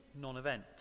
non-event